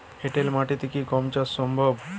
এঁটেল মাটিতে কি গম চাষ সম্ভব?